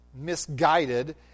misguided